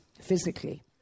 physically